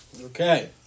Okay